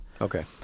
Okay